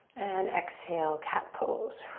and exhale, cat pose.